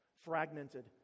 fragmented